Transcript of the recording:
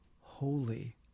holy